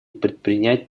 предпринять